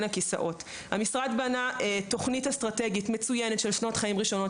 המשרד בנה תוכנית אסטרטגית מצוינת לשנות החיים הראשונות,